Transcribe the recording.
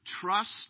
Trust